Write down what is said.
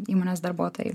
įmonės darbuotojai